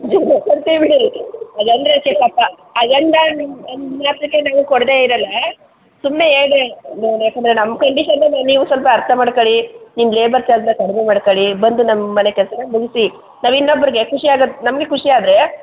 ನಿಮಗೆ ಕೊಡ್ತೀವಿ ಬಿಡಿ ಅದಂದ್ರೆ ಸಿಟ್ಟಪ್ಪ ಹಾಗಂದೆ ನಿಮ್ಮ ನಿಮ್ಮ ಅಪ್ಲಿಕೇಬಲ್ ಕೊಡ್ದೇ ಇರೋಲ್ಲ ಸುಮ್ನೆ ಹೇಳಿದೆ ಇವ್ರು ಯಾಕೆಂದ್ರೆ ನಮ್ಮ ಕಂಡೀಷನ್ನುವೆ ನೀವು ಸ್ವಲ್ಪ ಅರ್ಥ ಮಾಡ್ಕೊಳ್ಳಿ ನಿಮ್ದು ಲೇಬರ್ ಚಾರ್ಜ್ನ ಕಡ್ಮೆ ಮಾಡ್ಕೊಳ್ಳಿ ಬಂದು ನಮ್ಮ ಮನೆ ಕೆಲಸನ ಮುಗಿಸಿ ನಾವು ಇನ್ನೊಬ್ರಿಗೆ ಖುಷಿ ಆಗತ್ತೆ ನಮಗೆ ಖುಷಿಯಾದರೆ